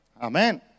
Amen